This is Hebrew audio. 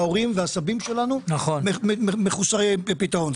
את ההורים ואת הסבים שלנו מחוסרי פתרון.